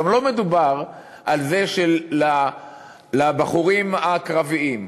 גם לא מדובר על זה לבחורים הקרביים,